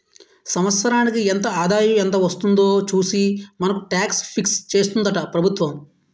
సంవత్సరానికి ఎంత ఆదాయం ఎంత వస్తుందో చూసి మనకు టాక్స్ ఫిక్స్ చేస్తుందట ప్రభుత్వం